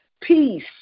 peace